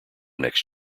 next